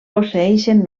posseeixen